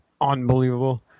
unbelievable